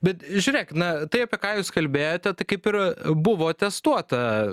bet žiūrėkit na tai apie ką jūs kalbėjote tai kaip ir buvo testuota